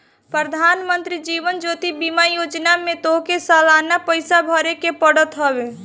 प्रधानमंत्री जीवन ज्योति बीमा योजना में तोहके सलाना पईसा भरेके पड़त हवे